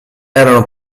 erano